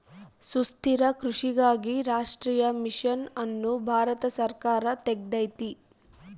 ಸುಸ್ಥಿರ ಕೃಷಿಗಾಗಿ ರಾಷ್ಟ್ರೀಯ ಮಿಷನ್ ಅನ್ನು ಭಾರತ ಸರ್ಕಾರ ತೆಗ್ದೈತೀ